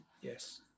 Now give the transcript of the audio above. Yes